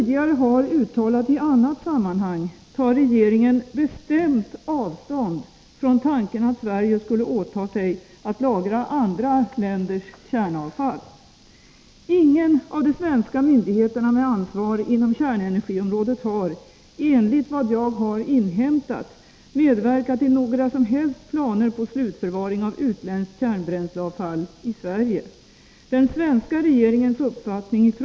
Det har nu blivit känt att det statliga företaget Eisers dotterbolag Trivab under lång tid avyttrat produkter till priser understigande 30 96 av den faktiska kostnaden. Samtidigt har nämnda företag redovisat stora förluster som täckts med skattemedel.